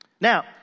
Now